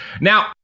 Now